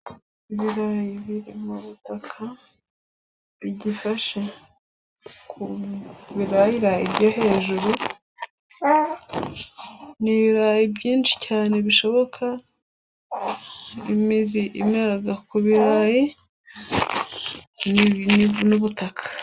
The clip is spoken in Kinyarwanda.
Ibirayi biri mu butaka bigifashe ku birayirayi byo hejuru. Ni ibirayi byinshi cyane bishoboka imizi imera ku birarayi nubutaka.